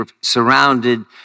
surrounded